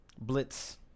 Blitz